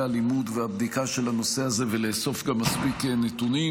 הלימוד והבדיקה של הנושא הזה ולאסוף גם מספיק נתונים,